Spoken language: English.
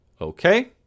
okay